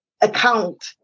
account